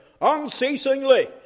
unceasingly